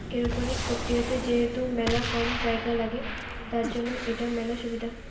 aeroponics প্রক্রিয়াতে যেহেতু মেলা কম জায়গা লাগে, তার জন্য এটার মেলা সুবিধা